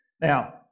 Now